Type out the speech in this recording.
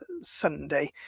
Sunday